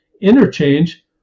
interchange